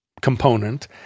Component